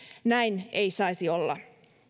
näin ei saisi olla